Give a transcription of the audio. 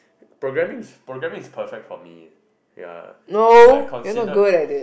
programming is programming is perfect for me ya I considered